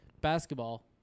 Basketball